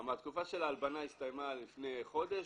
התקופה של ההלבנה הסתיימה לפני חודש.